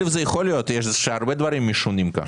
יש פה הרבה דברים משונים.